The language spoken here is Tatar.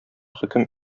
хөкем